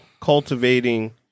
cultivating